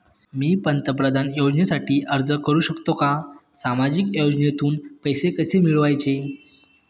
मी पंतप्रधान योजनेसाठी अर्ज करु शकतो का? सामाजिक योजनेतून पैसे कसे मिळवायचे